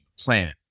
plan